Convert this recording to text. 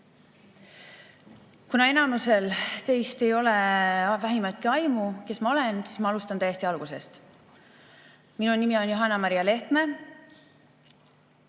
enamikul teist ei ole vähimatki aimu, kes ma olen, siis ma alustan täiesti algusest. Minu nimi on Johanna‑Maria Lehtme,